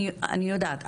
אני יודעת.